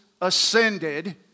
ascended